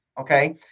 Okay